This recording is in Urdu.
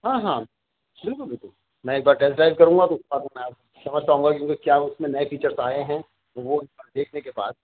ہاں ہاں بالکل بالکل میں ایک بار ٹیسٹ ڈرائیو کروں گا تو اس کے بعد میں سمجھ پاؤں گا کیونکہ کیا اس میں نئے فیچرس آئے ہیں وہ دیکھنے کے بعد